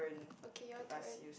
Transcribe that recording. okay your turn